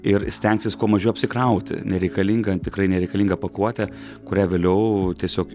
ir stengsis kuo mažiau apsikrauti nereikalinga tikrai nereikalinga pakuote kurią vėliau tiesiog